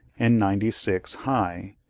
and ninety six high,